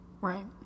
Right